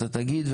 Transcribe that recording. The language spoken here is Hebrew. אתה תגיד,